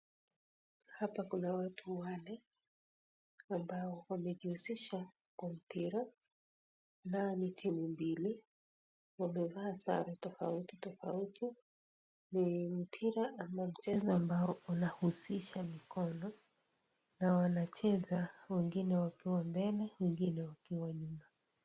Hapa kuna watu wanne ambao wamejihusisha na mpira na ni timu mbili. Wamevaa sare tofauti tofauti. Ni mpira ama mchezo ambao unahusisha mikono na wanacheza wengine wakiwa mbele na wengine wakiwa nyuma.